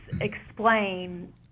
explain